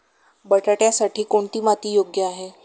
बटाट्यासाठी कोणती माती योग्य आहे?